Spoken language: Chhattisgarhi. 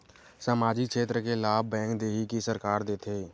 सामाजिक क्षेत्र के लाभ बैंक देही कि सरकार देथे?